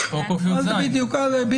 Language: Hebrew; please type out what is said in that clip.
אז חשוב גם השטחים הפתוחים במסעדות זה באמת,